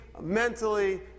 mentally